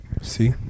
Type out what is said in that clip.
see